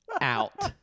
out